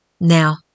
Now